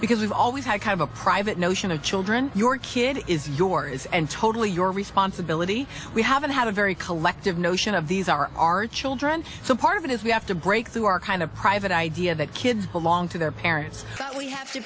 because we've always had kind of a private notion of children your kid is yours and totally your responsibility we i haven't had a very collective notion of these are our children so part of it is we have to break through our kind of private idea that kids belong to their parents